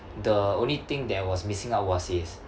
the only thing that was missing out was his